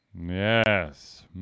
yes